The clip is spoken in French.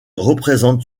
représente